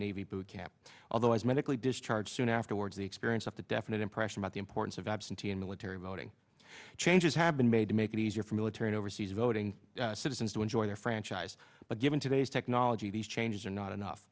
navy boot camp although as medically discharged soon afterwards the experience of the definite impression about the importance of absentee and military voting changes have been made to make it easier for military overseas voting citizens to enjoy their franchise but given today's technology these changes are not enough